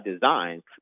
design